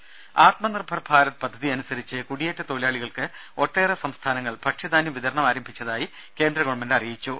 രേദ ആത്മനിർഭർ ഭാരത് പദ്ധതിയനുസരിച്ച് കുടിയേറ്റ തൊഴിലാളികൾക്ക് ഒട്ടേറെ സംസ്ഥാനങ്ങൾ ഭക്ഷ്യധാന്യ വിതരണം ആരംഭിച്ചതായി കേന്ദ്രഗവൺമെന്റ് അറിയിച്ചു